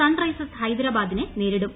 Sunrisers ഹൈദരാബാദിനെ നേരിടും